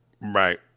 Right